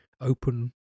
open